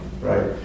right